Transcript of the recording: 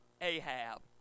Ahab